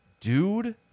Dude